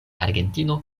argentino